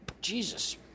Jesus